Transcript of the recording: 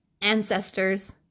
ancestors